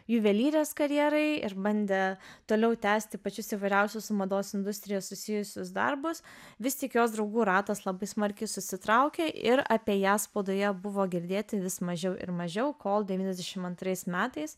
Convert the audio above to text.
juvelyrės karjerai ir bandė toliau tęsti pačius įvairiausius mados industrijoje susijusius darbus vis tik jos draugų ratas labai smarkiai susitraukė ir apie ją spaudoje buvo girdėti vis mažiau ir mažiau kol devyniasdešim antrais metais